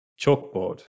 Chalkboard